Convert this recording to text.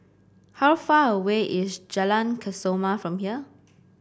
how far away is Jalan Kesoma from here